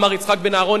אמר יצחק בן-אהרון,